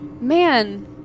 man